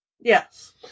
Yes